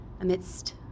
amidst